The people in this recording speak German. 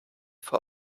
vor